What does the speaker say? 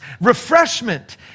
refreshment